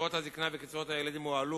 קצבאות הזיקנה וקצבאות הילדים הוגדלו,